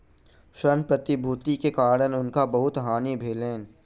ऋण प्रतिभूति के कारण हुनका बहुत हानि भेलैन